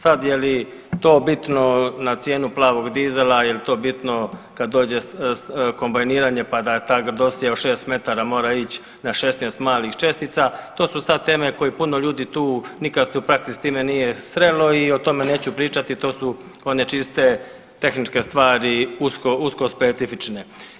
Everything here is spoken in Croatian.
Sad je li to bitno na cijenu plavog dizela ili je to bitno kad dođe kombajniranje pa da ta grdosija od šest metara mora ići na 16 malih čestica, to su sad teme koje puno ljudi tu nikad se u praksi s time nije srelo i o tome neću pričati, to su one čiste tehničke stvari usko specifične.